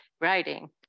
writing